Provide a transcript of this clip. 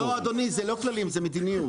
לא, אדוני, זה לא כללים, זה מדיניות.